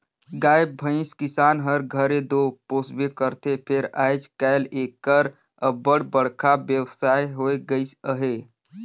गाय भंइस किसान हर घरे दो पोसबे करथे फेर आएज काएल एकर अब्बड़ बड़खा बेवसाय होए गइस अहे